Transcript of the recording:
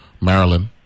Maryland